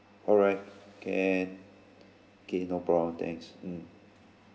alright can okay no problem thanks mm